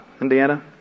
Indiana